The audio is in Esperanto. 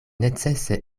necese